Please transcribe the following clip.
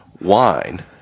wine